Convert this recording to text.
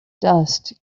dust